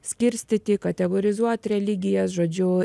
skirstyti kategorizuot religijas žodžiu